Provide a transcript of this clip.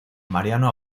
mariano